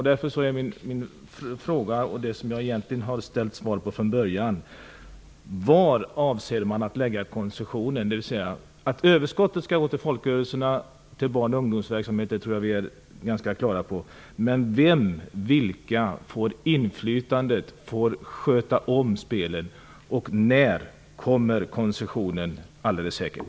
Därför är min fråga, som jag egentligen velat ha svar på från början: Var avser man att lägga koncessionen? Att överskottet skall gå till folkrörelserna och barn och ungdomsverksamhet tror jag att vi är ganska klara över. Men vem eller vilka får inflytandet och sköta om spelen? Och när kommer koncessionen alldeles säkert?